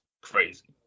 crazy